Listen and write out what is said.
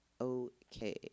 okay